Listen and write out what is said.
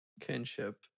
kinship